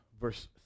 verse